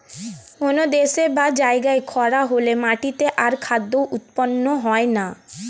কোন দেশে বা জায়গায় খরা হলে মাটিতে আর খাদ্য উৎপন্ন হয় না